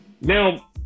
Now